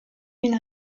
une